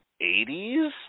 80s